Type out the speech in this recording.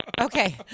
Okay